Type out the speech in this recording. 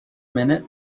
minute